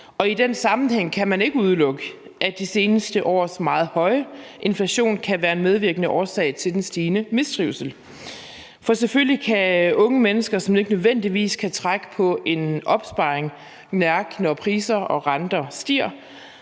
I den sammenhæng kan man ikke udelukke, at de seneste års meget høje inflation kan være en medvirkende årsag til den stigende mistrivsel. For selvfølgelig kan unge mennesker, som ikke nødvendigvis kan trække på en opsparing, mærke det, når priserne og renterne stiger,